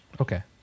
Okay